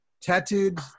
tattooed